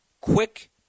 quick